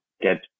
get